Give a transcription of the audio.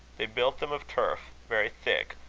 they built them of turf, very thick,